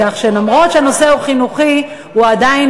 כך שלמרות שהנושא הוא חינוכי הוא עדיין